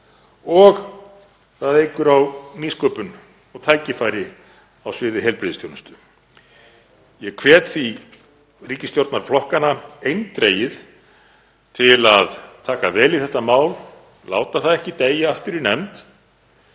og það eykur á nýsköpun og tækifæri á sviði heilbrigðisþjónustu. Ég hvet því ríkisstjórnarflokkana eindregið til að taka vel í þetta mál, láta það ekki deyja aftur í nefnd